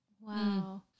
Wow